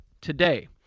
today